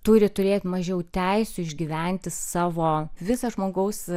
turi turėt mažiau teisių išgyventi savo visą žmogaus